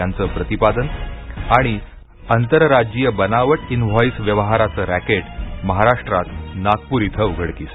यांचं प्रतिपादन आणि आंतरराज्यीय बनावट इनव्हॉईस व्यवहाराचं रॅकेट महाराष्ट्रात नागपूर इथं उघडकीस